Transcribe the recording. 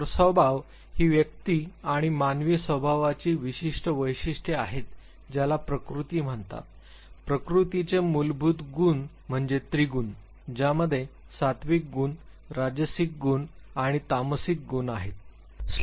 तर स्वभाव ही व्यक्ती आणि मानवी स्वभावाची विशिष्ट वैशिष्ट्ये आहेत ज्याला प्रकृती म्हणतात प्रकृतीचे मूलभूत गुण म्हणजे त्रिगुण ज्यामध्ये सात्त्विक गुण राजसिक गुण आणि तामसिक गुण आहेत